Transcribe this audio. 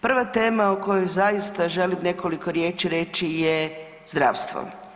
Prva tema o kojoj zaista želim nekoliko riječi reći je zdravstvo.